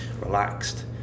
relaxed